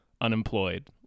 unemployed